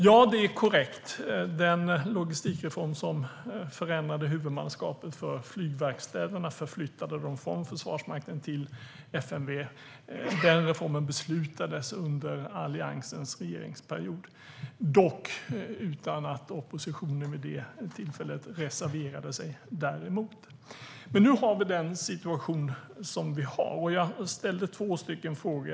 Ja, det är korrekt - den logistikreform som förändrade huvudmannaskapet för flygverkstäderna och förflyttade dem från Försvarsmakten till FMV beslutades under Alliansens regeringsperiod, dock utan att oppositionen vid det tillfället reserverade sig däremot. Men nu har vi den situation som vi har. Jag ställde två frågor.